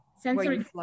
sensory